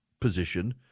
position